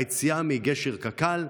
היציאה מגשר קק"ל,